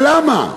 ולמה?